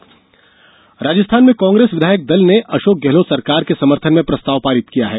राजस्थान सरकार राजस्थान में कांग्रेस विधायक दल ने अशोक गहलोत सरकार के समर्थन में प्रस्ताव पारित किया है